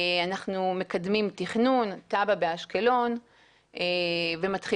אנחנו מקדמים תכנון תב"ע באשקלון ומתחילים